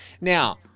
Now